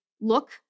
look